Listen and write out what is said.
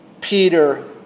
Peter